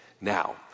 Now